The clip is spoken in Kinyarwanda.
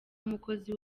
umukozi